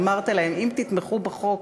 ואמרת להם: אם תתמכו בחוק,